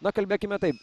na kalbėkime taip